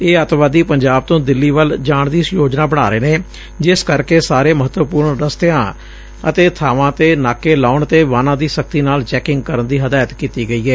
ਇਹ ਅਤਿਵਾਦੀ ਪੰਜਾਬ ਤੋਂ ਦਿੱਲੀ ਵੱਲ ਜਾਣ ਦੀ ਯੋਜਨਾ ਬਣਾ ਰਹੇ ਨੇ ਜਿਸ ਕਰਕੇ ਸਾਰੇ ਮਹੱਤਵਪੂਰਨ ਰਸਤਿਆਂ ਅਤੇ ਥਾਵਾਂ ਤੇ ਨਾਕੇ ਲਾਉਣ ਅਤੇ ਵਾਹਨ ਦੀ ਸਖਤੀ ਨਾਲ ਚੈਕਿੰਗ ਕਰਨ ਦੀ ਹਦਾਇਤ ਕੀਤੀ ਗਈ ਏ